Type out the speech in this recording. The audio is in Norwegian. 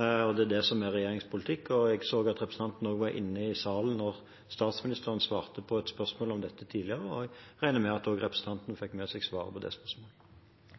og det er det som er regjeringens politikk. Jeg så at representanten også var inne i salen da statsministeren svarte på et spørsmål om dette tidligere, og jeg regner med at representanten fikk med seg svaret på det spørsmålet.